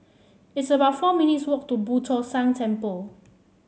it's about four minutes' walk to Boo Tong San Temple